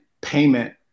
payment